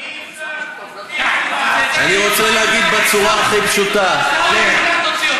אני רוצה להגיד בצורה הכי פשוטה, אני